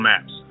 Maps